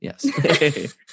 Yes